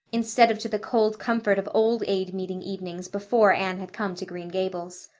instead of to the cold comfort of old aid meeting evenings before anne had come to green gables.